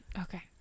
Okay